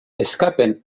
escapen